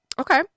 Okay